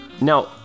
Now